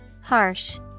Harsh